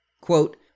Quote